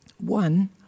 One